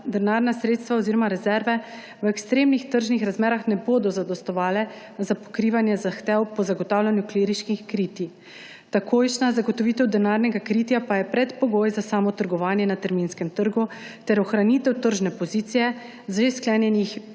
denarna sredstva oziroma rezerve v ekstremnih tržnih razmerah ne bodo zadostovale za pokrivanje zahtev po zagotavljanju klirinških kritij. Takojšnja zagotovitev denarnega kritja pa je predpogoj za samo trgovanje na terminskem trgu ter ohranitev tržne pozicije že sklenjenih